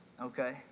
Okay